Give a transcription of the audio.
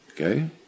Okay